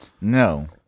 No